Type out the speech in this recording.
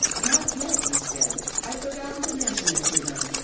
not yet, he said. i'd forgotten to mention it to them.